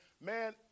man